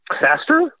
faster